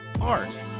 art